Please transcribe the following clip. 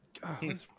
God